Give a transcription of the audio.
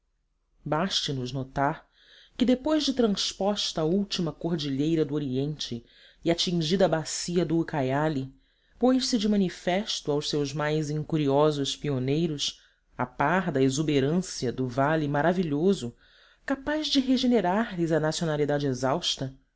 urubamba baste nos notar que depois de transposta a última cordilheira do oriente e atingida a bacia do ucaiali pôs-se de manifesto aos seus mais incuriosos pioneiros a par da exuberância do vale maravilhoso capaz de regenerar lhes a nacionalidade exausta